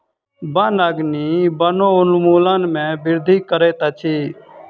वन अग्नि वनोन्मूलन में वृद्धि करैत अछि